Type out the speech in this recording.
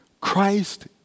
Christ